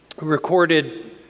recorded